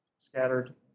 scattered